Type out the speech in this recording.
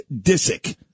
Disick